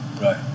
right